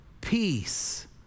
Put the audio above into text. peace